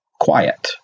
quiet